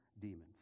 demons